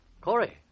Corey